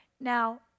Now